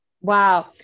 Wow